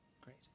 Great